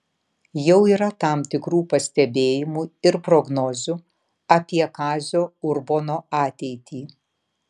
jau yra tam tikrų pastebėjimų ir prognozių apie kazio urbono ateitį